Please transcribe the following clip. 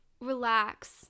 relax